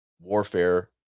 warfare